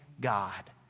God